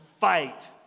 fight